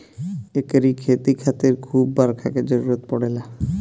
एकरी खेती खातिर खूब बरखा के जरुरत पड़ेला